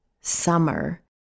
summer